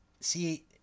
See